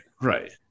Right